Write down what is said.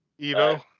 Evo